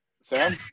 Sam